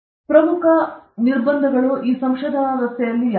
ಪ್ರಮುಖ ರಸ್ತೆ ನಿರ್ಬಂಧಗಳು ಯಾವುವು